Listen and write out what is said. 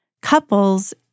couples